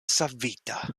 savita